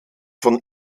von